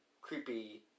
creepy